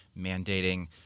mandating